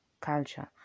culture